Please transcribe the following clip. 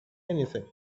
anything